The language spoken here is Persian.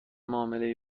معاملهای